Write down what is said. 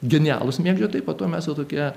genialūs mėgdžiotojai po to mes jau tokie